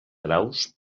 graus